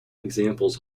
examples